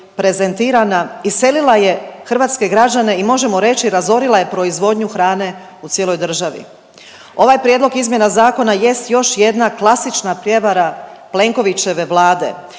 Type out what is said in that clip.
prezentirana iselila je hrvatske građane i možemo reći razorila je proizvodnju hrane u cijeloj državi. Ovaj prijedlog izmjena zakona jest još jedna klasična prijevara Plenkovićeve Vlade,